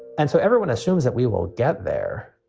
and so everyone assumes that we will get there.